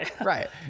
Right